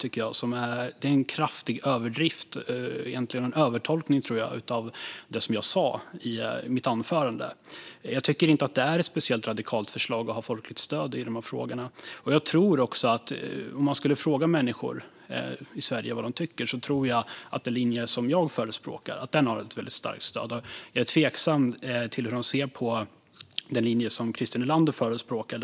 Det är kraftiga överdrifter och en övertolkning, tror jag, av det jag sa i mitt anförande. Jag tycker inte att det är ett speciellt radikalt förslag att ha folkligt stöd i de här frågorna. Om man skulle fråga människor i Sverige vad de tycker tror jag att den linje som jag förespråkar har ett väldigt starkt stöd. Jag är tveksam till hur de skulle se på den linje som Christer Nylander förespråkar.